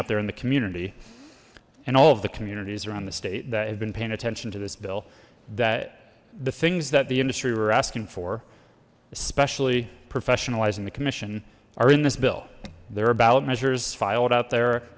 out there in the community and all of the communities around the state that have been paying attention to this bill that the things that the industry were asking for especially professionalizing the commission are in this bill they're about measures filed out there